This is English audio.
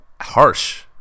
Harsh